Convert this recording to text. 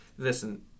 Listen